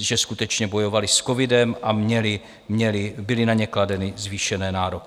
že skutečně bojovaly s covidem a byly na ně kladeny zvýšené nároky.